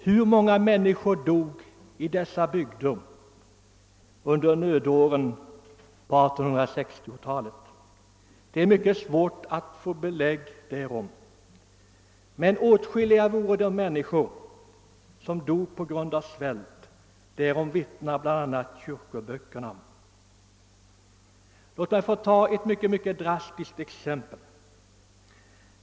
Hur många som dog av svält i dessa bygder under nödåren på 1860-talet är det mycket svårt att få belägg för, men det var åtskilliga människor. Därom vittnar bl.a. kyrkoböckerna. Låt mig ta ett mycket drastiskt fall.